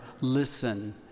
listen